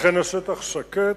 לכן השטח שקט,